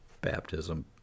baptism